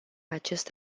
acest